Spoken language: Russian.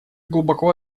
глубоко